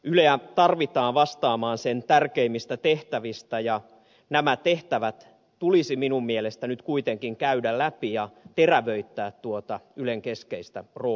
yleä tarvitaan vastaamaan sen tärkeimmistä tehtävistä ja nämä tehtävät tulisi minun mielestäni nyt kuitenkin käydä läpi ja terävöittää tuota ylen keskeistä roolia